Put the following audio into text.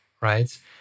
right